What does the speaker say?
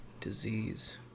disease